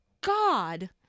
God